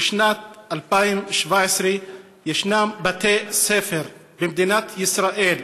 בשנת 2017 ישנם בתי ספר, במדינת ישראל,